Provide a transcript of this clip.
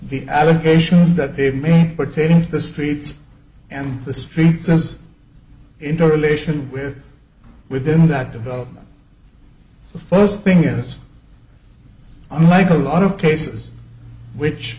the allegations that they've made pertaining to the streets and the streets as interrelation with within that development the first thing yes i'm like a lot of cases which